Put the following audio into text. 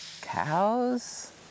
cows